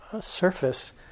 surface